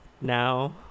now